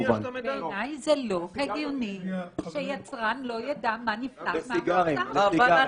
זה לא הגוני שיצרן לא יידע מה נפלט מהמוצר שלו.